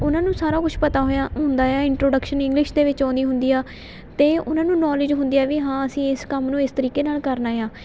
ਉਹਨਾਂ ਨੂੰ ਸਾਰਾ ਕੁਛ ਪਤਾ ਹੋਇਆ ਹੁੰਦਾ ਆ ਇੰਟਰੋਡਕਸ਼ਨ ਇੰਗਲਿਸ਼ ਦੇ ਵਿੱਚ ਆਉਂਦੀ ਹੁੰਦੀ ਆ ਅਤੇ ਉਹਨਾਂ ਨੂੰ ਨੌਲੇਜ ਹੁੰਦੀ ਆ ਵੀ ਹਾਂ ਅਸੀਂ ਇਸ ਕੰਮ ਨੂੰ ਇਸ ਤਰੀਕੇ ਨਾਲ ਕਰਨਾ ਆ